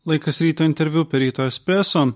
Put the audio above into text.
laikas ryto interviu per ryto espreso